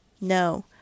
No